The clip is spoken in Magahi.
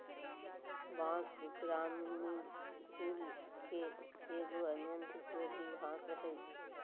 बाँस, ग्रामिनीई कुल के एगो अत्यंत उपयोगी घास हइ